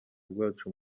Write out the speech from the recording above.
bwacu